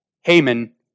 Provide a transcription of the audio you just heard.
Haman